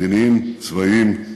מדיניים, צבאיים,